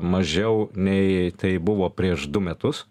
mažiau nei tai buvo prieš du metus